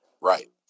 Right